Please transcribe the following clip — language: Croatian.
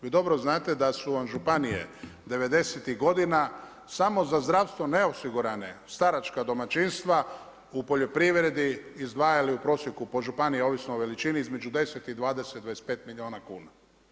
Vi dobro znate da su vam županije '90.-tih godina samo za zdravstvo neosigurane staračka domaćinstva u poljoprivredi izdvajali u prosjeku po županiji ovisno o veličini između 10 i 20 i 25 milijuna kuna.